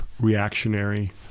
reactionary